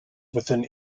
within